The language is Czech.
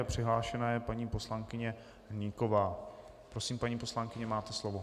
Přihlášena je paní poslankyně Hnyková Prosím, paní poslankyně, máte slovo.